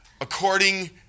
according